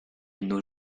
nos